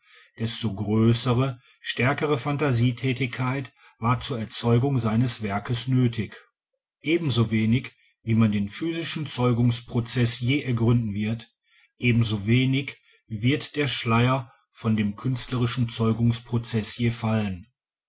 desto größere stärkere phantasietätigkeit war zur erzeugung seines werkes nötig ebensowenig wie man den physischen zeugungsprozeß je ergründen wird ebensowenig wird der schleier von dem künstlerischen zeugungsprozeß je fallen